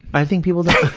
i think people don't